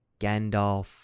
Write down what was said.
Gandalf